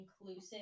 inclusive